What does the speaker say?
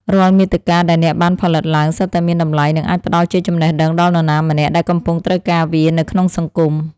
រាល់មាតិកាដែលអ្នកបានផលិតឡើងសុទ្ធតែមានតម្លៃ និងអាចផ្តល់ជាចំណេះដឹងដល់នរណាម្នាក់ដែលកំពុងត្រូវការវានៅក្នុងសង្គម។